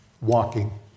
walking